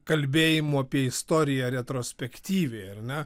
kalbėjimu apie istoriją retrospektyviai ar ne